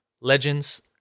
Legends